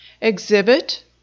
Exhibit